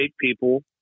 people